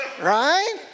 Right